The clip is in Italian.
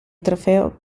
trofeo